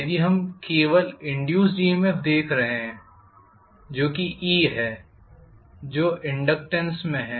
यदि हम केवल इंड्यूस्ड EMFदेख रहे हैं जो कि है जो इनडक्टेन्स में है